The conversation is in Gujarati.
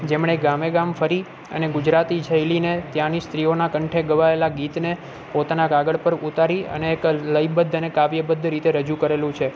જેમણે ગામે ગામ ફરી અને ગુજરાતી શૈલીને ત્યાંની સ્ત્રીઓના કંઠે ગવાએલા ગીતને પોતાના કાગળ પર ઉતારી અને એક લયબદ્ધ અને કાવ્યબદ્ધ રીતે રજૂ કરેલું છે